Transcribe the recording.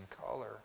color